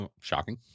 Shocking